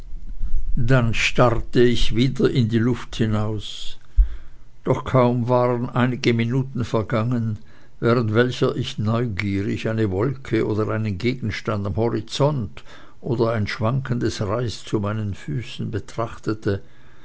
dann starrte ich wieder in die luft hinaus doch kaum waren einige minuten vergangen während welcher ich neugierig eine wolke oder einen gegenstand am horizont oder ein schwankendes reis zu meinen füßen betrachtete